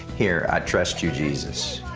here, i trust you, jesus,